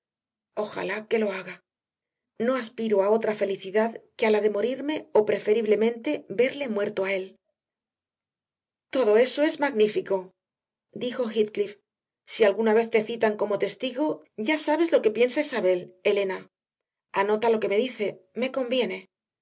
mate ojalá lo haga no aspiro a otra felicidad que a la de morirme o preferiblemente verle muerto a él todo eso es magnífico dijo heathcliff si alguna vez te citan como testigo ya sabes lo que piensa isabel elena anota lo que me dice me conviene